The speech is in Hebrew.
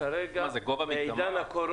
זה גובה מקדמה?